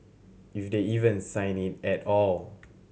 if they even sign it at all